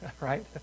right